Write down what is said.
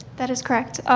that is correct.